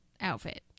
outfit